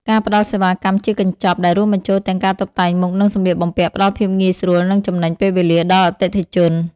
ការផ្ដល់សេវាកម្មជាកញ្ចប់ដែលរួមបញ្ចូលទាំងការតុបតែងមុខ និងសម្លៀកបំពាក់ ផ្ដល់ភាពងាយស្រួល និងចំណេញពេលវេលាដល់អតិថិជន។